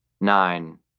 Nine